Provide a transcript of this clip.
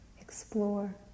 explore